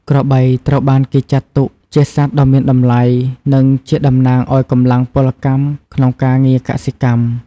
ក្របីត្រូវបានគេចាត់ទុកជាសត្វដ៏មានតម្លៃ និងជាតំណាងឱ្យកម្លាំងពលកម្មក្នុងការងារកសិកម្ម។